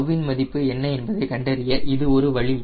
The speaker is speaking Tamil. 𝜏 இன் மதிப்பு என்ன என்பதை கண்டறிய இது ஒரு வழி